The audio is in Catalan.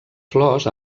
flors